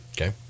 Okay